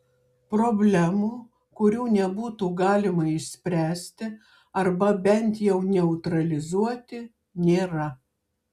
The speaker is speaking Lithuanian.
problemų kurių nebūtų galima išspręsti arba bent jau neutralizuoti nėra